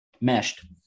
meshed